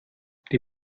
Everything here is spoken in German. die